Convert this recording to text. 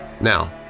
Now